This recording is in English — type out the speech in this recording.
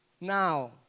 Now